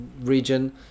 region